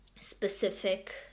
specific